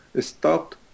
stopped